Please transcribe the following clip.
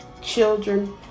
children